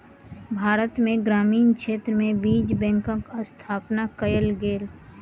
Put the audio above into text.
भारत में ग्रामीण क्षेत्र में बीज बैंकक स्थापना कयल गेल